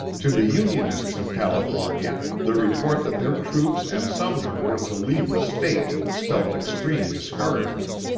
to the unionists of california, the report that their troops and sumner were to leave the state spelt extreme discouragement.